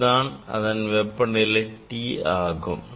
இதுதான் இதன் வெப்பநிலை T ஆகும்